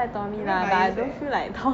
you very biased leh